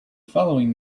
following